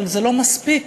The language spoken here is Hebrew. אבל לא מספיק